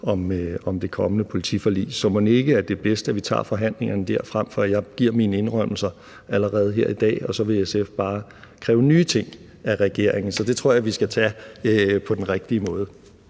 om det kommende politiforlig. Så mon ikke, at det er bedst, at vi tager forhandlingerne dér, frem for at jeg giver mine indrømmelser allerede her i dag, og så vil SF bare kræve nye ting af regeringen. Så det tror jeg vi skal tage på den rigtige måde.